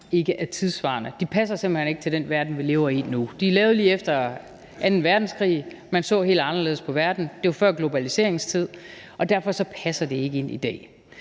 ikke er tidssvarende. De passer simpelt hen ikke til den verden, vi lever i nu. De er lavet lige efter anden verdenskrig, hvor man så helt anderledes på verden, det var før globaliseringens tid, og derfor passer de ikke ind i dag.